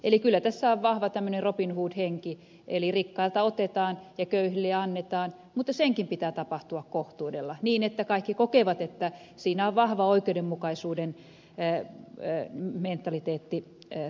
eli kyllä tässä on vahva tämmöinen robin hood henki eli rikkailta otetaan ja köyhille annetaan mutta senkin pitää tapahtua kohtuudella niin että kaikki kokevat että siinä on vahva oikeudenmukaisuuden mentaliteetti taustalla